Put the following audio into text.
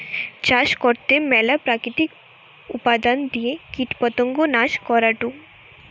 চাষ করতে ম্যালা প্রাকৃতিক উপাদান দিয়ে কীটপতঙ্গ নাশ করাঢু